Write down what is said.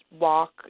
walk